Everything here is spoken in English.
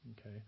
Okay